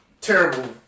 terrible